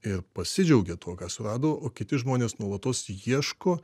ir pasidžiaugia tuo ką surado o kiti žmonės nuolatos ieško